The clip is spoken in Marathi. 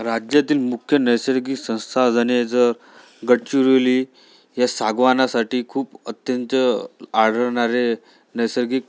राज्यातील मुख्य नैसर्गिक संसाधने ज गडचिरोली ह्या सागवानासाठी खूप अत्यंत आढळणारे नैसर्गिक